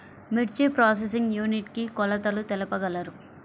మిర్చి processing unit కి కొలతలు తెలుపగలరు?